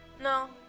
No